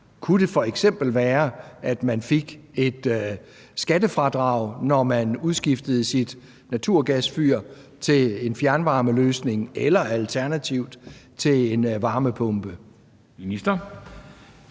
Kunne det f.eks. være, at man fik et skattefradrag, når man udskiftede sit naturgasfyr til en fjernvarmeløsning eller alternativt til en varmepumpe?